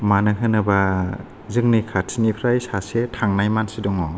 मानो होनोबा जोंनि खाथिनिफ्राइ सासे थांनाय मानसि दङ